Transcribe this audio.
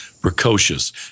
precocious